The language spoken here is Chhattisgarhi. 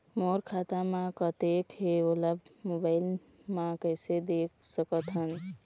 मोर खाता म कतेक हे ओला मोबाइल म कइसे देख सकत हन?